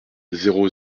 zéro